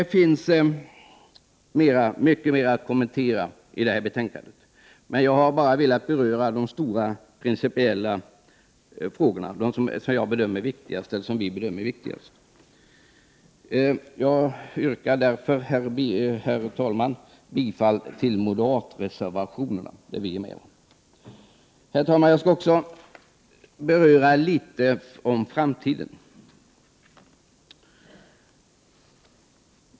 Det finns mycket mer i detta betänkande att kommentera, men jag har velat beröra endast de stora principiella frågorna, dvs. de frågor som vi moderater bedömer vara de viktigaste. Jag yrkar därför, herr talman, bifall till de reservationer där moderaterna finns med. Herr talman! Jag skall även tala något om framtiden.